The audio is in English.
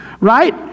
Right